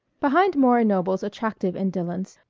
behind maury noble's attractive indolence,